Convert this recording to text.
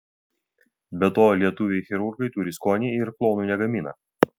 be to lietuviai chirurgai turi skonį ir klonų negamina